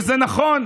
וזה נכון,